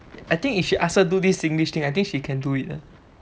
I think if she ask her do this singlish thing I think she can do it leh